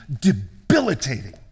debilitating